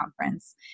conference